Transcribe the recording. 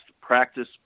practice